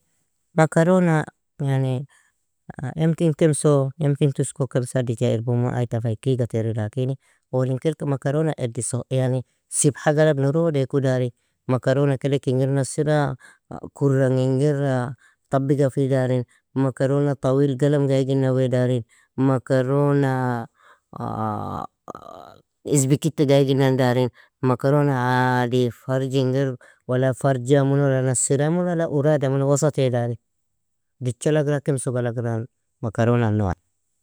Makarona, yani, yemkin kemso, ymkin tusko, kemsa, dija, irbimu ay ta fa ik iga teri lakini, owlin kailka makarona eddiso_yani sibha galag, norood eaku dari, makarona kedek ingir nasira kurr ang ingira tabiga fi darin, makarona taweel galam ga iginan wea darin, makarona izbekitti ga iginan darin, makarona adi farji ingir wala farja imu wala nasira imu wala urada imu wasatea darin, dich alagra, kemwo galgra, makarona noai.